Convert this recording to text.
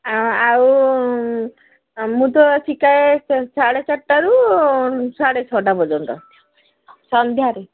ଆ ଆଉ ମୁଁ ତ ଶିଖାଏ ସାଢ଼େ ଚାରିଟାରୁ ସାଢ଼େ ଛଅଟା ପର୍ଯ୍ୟନ୍ତ ସନ୍ଧ୍ୟାରେ